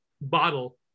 bottle